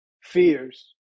fears